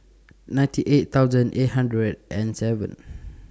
ninety eight thousand eight hundred and seven